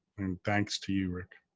thanks to you rick.